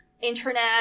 internet